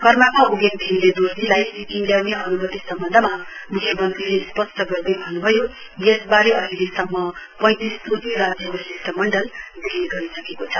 कर्मापा उगेन थिल्ले दोर्जीलाई सिक्किम ल्याउने अनुमति सम्बन्धमा मुख्यमन्त्रीले स्पष्ट गर्दै भन्नुभयो यसबारे अहिलेसम्म पैतिस चोटि राज्यको शिष्टमण्डल दिल्ली गइसकेको छ